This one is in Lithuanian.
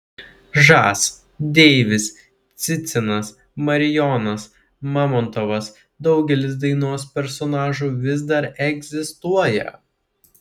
žas deivis cicinas marijonas mamontovas daugelis dainos personažų vis dar egzistuoja